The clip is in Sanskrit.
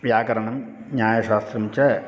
व्याकरणं न्यायशास्त्रं च